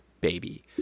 baby